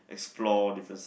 explore different side